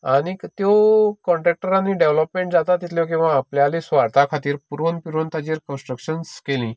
आनीक त्यो कोंट्रेक्टरानी डेवलोपमेंट जाता तितल्यो किंवा आपल्याली स्वार्था खातीर तेजेर कन्स्ट्रक्शन केली